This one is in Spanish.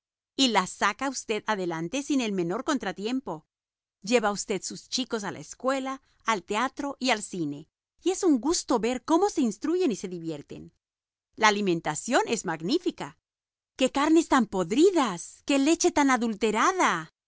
y la saca usted adelante sin el menor contratiempo lleva usted sus chicos a la escuela al teatro y al cine y es un gusto ver cómo se instruyen y se divierten la alimentación es magnífica qué carnes tan podridas qué leche tan adulterada